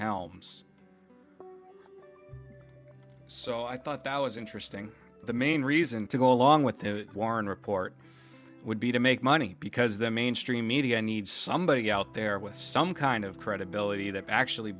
helms so i thought that was interesting the main reason to go along with the warren report would be to make money because the mainstream media need somebody out there with some kind of credibility that actually